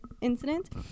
incident